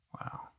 Wow